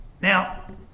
Now